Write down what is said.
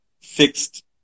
fixed